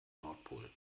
nordpol